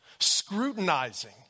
Scrutinizing